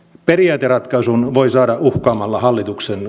periaateratkaisun voi saada uhkaamalla hallituksen